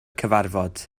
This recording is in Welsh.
cyfarfod